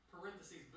parentheses